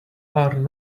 are